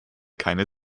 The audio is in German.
keine